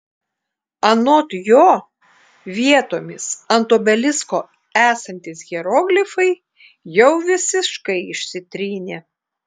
anot jo vietomis ant obelisko esantys hieroglifai jau visiškai išsitrynė